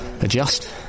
adjust